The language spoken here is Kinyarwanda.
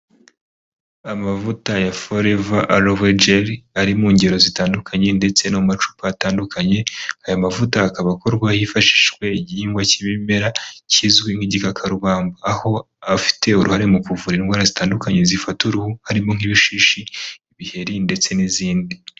Amavuta ya foreva rovegeri ari mu ngero zitandukanye ndetse n'amacupa atandukanye. Aya mavuta akaba akorwa hifashishijwe igihingwa cy'ibimera kizwi nk'igikakarumba, aho afite uruhare mu kuvura indwara zitandukanye zifata uruhu harimo nk'ibishishi ibiheri ndetse n'izindi.